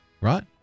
right